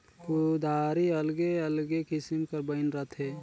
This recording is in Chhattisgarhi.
कुदारी अलगे अलगे किसिम कर बइन रहथे